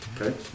Okay